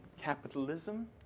capitalism